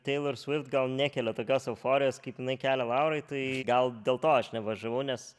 teilor svift gal nekelia tokios euforijos kaip jinai kelia laurai tai gal dėl to aš nevažiavau nes